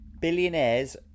Billionaires